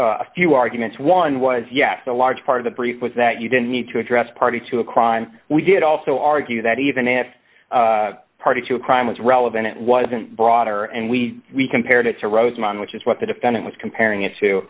a few arguments one was yes a large part of the brief was that you didn't need to address party to a crime we did also argue that even if party to a crime was relevant it wasn't broader and we we compared it to rosemont which is what the defendant was comparing it to